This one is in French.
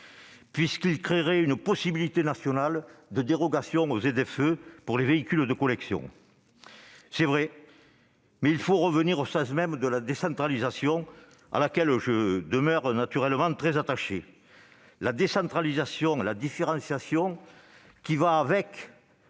puisqu'il créerait une possibilité nationale de dérogation aux ZFE pour les véhicules de collection. Si cela peut sembler vrai, il faut revenir au sens même de la décentralisation, à laquelle je demeure naturellement très attaché. La décentralisation et la différenciation qui en